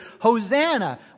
Hosanna